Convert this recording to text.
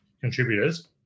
contributors